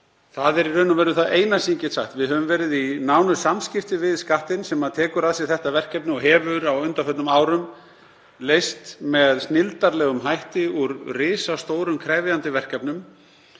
Það er í raun og veru það eina sem ég get sagt. Við höfum verið í nánum samskiptum við Skattinn sem tekur að sér þetta verkefni. Hann hefur á undanförnum árum leyst með snilldarlegum hætti úr risastórum krefjandi verkefnum